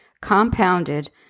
compounded